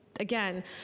Again